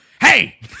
hey